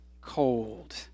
cold